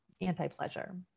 anti-pleasure